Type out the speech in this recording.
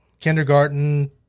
kindergarten